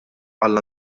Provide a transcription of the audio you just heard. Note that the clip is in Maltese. għall